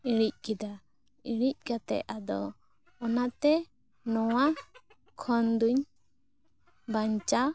ᱤᱬᱤᱡ ᱠᱮᱫᱟ ᱤᱬᱤᱡ ᱠᱟᱛᱮ ᱟᱫᱚ ᱚᱱᱟᱛᱮ ᱱᱚᱣᱟ ᱠᱷᱚᱱ ᱫᱚᱹᱧ ᱵᱟᱧᱪᱟᱣ